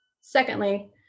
Secondly